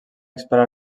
expert